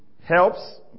Helps